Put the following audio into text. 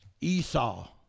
Esau